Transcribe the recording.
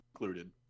included